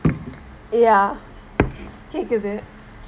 ya கேக்குது:kekkuthu